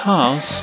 Cars